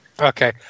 Okay